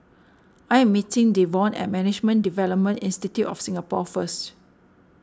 I am meeting Devon at Management Development Institute of Singapore first